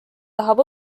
tahab